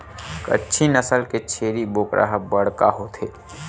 कच्छी नसल के छेरी बोकरा ह बड़का होथे